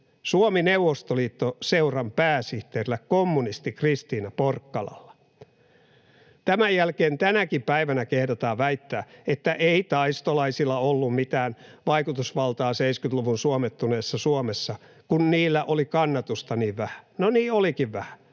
Suomi-Neuvostoliitto-Seuran pääsihteerillä, kommunisti Christina Porkkalalla. Tämän jälkeen tänäkin päivänä kehdataan väittää, että ei taistolaisilla ollut mitään vaikutusvaltaa 70-luvun suomettuneessa Suomessa, kun heillä oli kannatusta niin vähän. No niin olikin vähän,